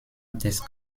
des